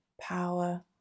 power